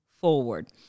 forward